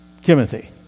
Timothy